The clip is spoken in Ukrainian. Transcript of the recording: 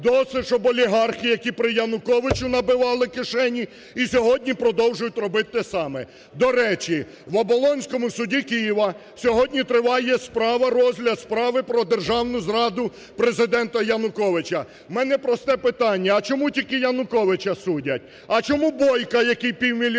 Досить, щоб олігархи, які при Януковичі набивали кишені і сьогодні продовжують робити те саме. До речі, в Оболонському суді Києва сьогодні триває розгляд справи про державну зраду Президента Януковича. У мене просте питання: а чому тільки Януковича судять? А чому Бойка, який півмільярда